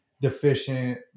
deficient